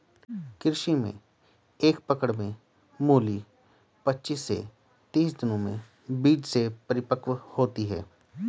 कृषि में एक पकड़ में मूली पचीस से तीस दिनों में बीज से परिपक्व होती है